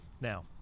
Now